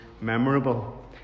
memorable